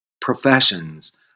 professions